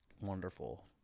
wonderful